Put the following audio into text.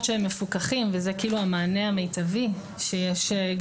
שהם מפוקחים וזה כאילו המענה המיטבי שיש,